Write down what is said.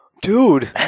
Dude